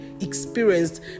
experienced